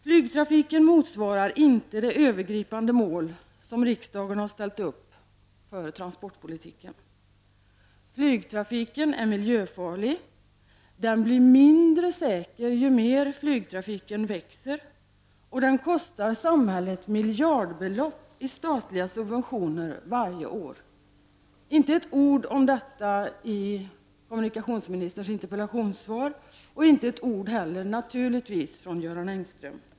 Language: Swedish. Flygtrafiken motsvarar inte det övergripande mål som riksdagen ställt upp för transportpolitiken. Flygtrafiken är miljöfarlig, den blir mindre säker ju mer flygtrafiken växer, och den kostar samhället miljardbelopp i statliga subventioner varje år. Inte ett ord om detta finns i kommunikationsministerns interpellationssvar, inte heller ett ord naturligtvis från Göran Engström.